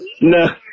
No